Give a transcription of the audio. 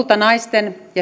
i